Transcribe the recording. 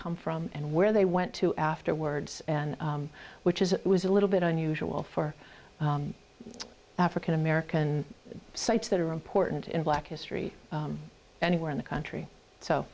come from and where they went to afterwards and which is was a little bit unusual for african american sites that are important in black history anywhere in the country so